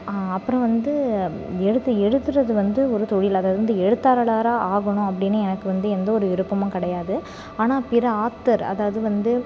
அப்புறம் வந்து எழுத்து எழுதுறது வந்து ஒரு தொழில் அதை வந்து எழுத்தாளராக ஆகணும் அப்படின்னு எனக்கு வந்து எந்த ஒரு விருப்பமும் கிடையாது ஆனால் பிற ஆத்தர் அதாவது வந்து